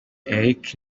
eric